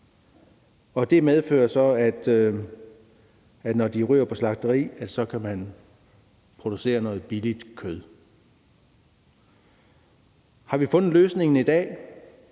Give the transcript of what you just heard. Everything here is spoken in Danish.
Det medfører så, at når de ryger på slagteri, kan man producere noget billigt kød. Har vi fundet løsningen i dag?